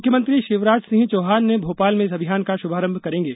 मुख्यमंत्री शिवराज सिंह चौहान भोपाल में इस अभियान का शुभारंभ करेंगे